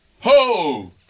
Ho